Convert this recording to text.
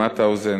במטהאוזן,